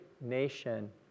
nation